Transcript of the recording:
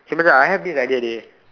okay Macha I have this idea dey